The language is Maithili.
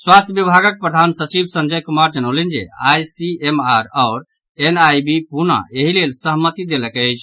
स्वास्थ्य विभागक प्रधान सचिव संजय कुमार जनौलनि जे आईसीएमआर आओर एनआईवी पुणा एहि लेल सहमति देलक अछि